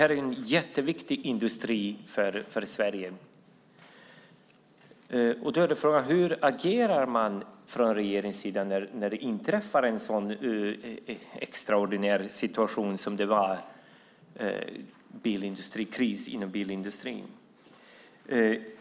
Det är en jätteviktig industri för Sverige. Då är frågan hur man från regeringens sida agerar när det inträffar en sådan extraordinär situation som krisen inom bilindustrin.